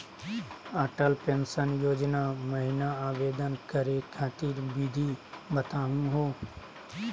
Atal pension Yojana महिना आवेदन करै खातिर विधि बताहु हो?